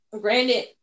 granted